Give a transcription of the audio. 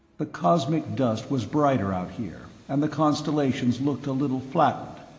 the cosmic dust was brighter out here, and the constellations looked a little flattened.